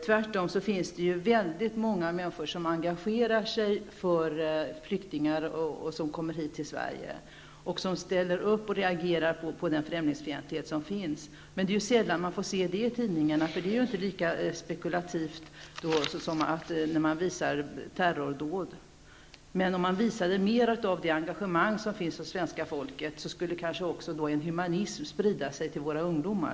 Tvärtom finns det väldigt många människor som engagerar sig för flyktingar. De ställer upp och reagerar mot den främlingsfientlighet som finns. Men det är sällan man får se detta i tidningarna, eftersom det inte är lika spekulativt som att visa terrordåd. Men om tidningarna visade mer av det engagemang som finns hos svenska folket skulle kanske en humanism sprida sig till våra ungdomar.